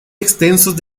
extensos